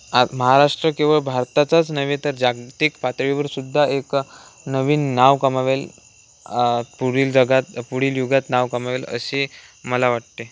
आ महाराष्ट्र किंवा भारताचाच नव्हे तर जागतिक पातळीवर सुद्धा एक नवीन नाव कमावेल पुढील जगात पुढील युगात नाव कमावेल असे मला वाटते